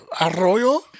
Arroyo